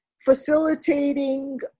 facilitating